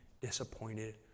disappointed